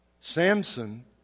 Samson